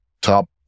top